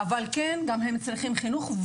אבל גם הם צריכים חינוך,